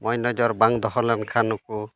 ᱢᱚᱡᱽ ᱱᱚᱡᱚᱨ ᱵᱟᱝ ᱫᱚᱦᱚ ᱞᱮᱱᱠᱷᱟᱱ ᱱᱩᱠᱩ